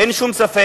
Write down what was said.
אין לי שום ספק,